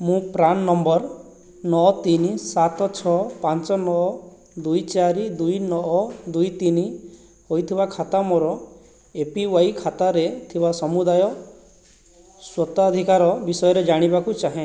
ମୁଁ PRAN number ନଅ ତିନି ସାତ ଛଅ ପାଞ୍ଚ ନଅ ଦୁଇ ଚାରି ଦୁଇ ନଅ ଦୁଇ ତିନି ହୋଇଥିବା ଖାତା ମୋର ଏପିୱାଇ ଖାତାରେ ଥିବା ସମୁଦାୟ ସ୍ୱତ୍ୱାଧିକାର ବିଷୟରେ ଜାଣିବାକୁ ଚାହେଁ